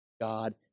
God